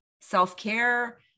self-care